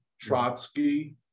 Trotsky